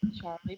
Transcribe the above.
charlie